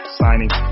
signing